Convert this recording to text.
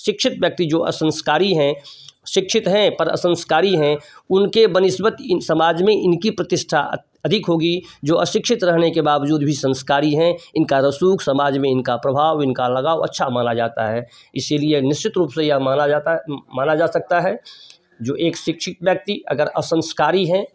शिक्षित व्यक्ति जो असंस्कारी हैं शिक्षित हैं पर असंस्कारी हैं उनके बनिश्वत इन समाज में इनकी प्रतिष्ठा अधिक होगी जो अशिक्षित रहने के बावजूद भी संस्कारी हैं इनका रसूख समाज में इनका प्रभाव इनका लगाव अच्छा माना जाता है इसलिए निश्चित रूप से यह माना जाता है माना जा सकता है जो एक शिक्षित व्यक्ति अगर असंस्कारी है